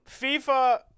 FIFA